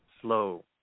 slow